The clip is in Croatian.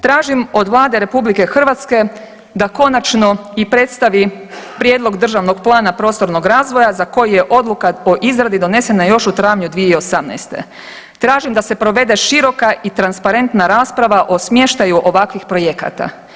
Tražim od Vlade RH da konačno i predstavi Prijedlog državnog plana prostornog razvoja za koji je odluka o izradi donesena još u travnju 2018., tražim da se provede široka i transparentna rasprava o smještaju ovakvih projekata.